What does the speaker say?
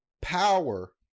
power